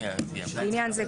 לעניין זה,